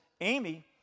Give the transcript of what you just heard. Amy